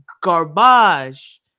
garbage